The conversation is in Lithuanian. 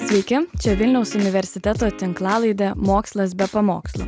sveiki čia vilniaus universiteto tinklalaidė mokslas be pamokslų